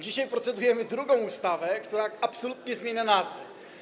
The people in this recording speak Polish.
Dzisiaj procedujemy nad drugą ustawą, która absolutnie zmienia nazwę.